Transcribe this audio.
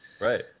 Right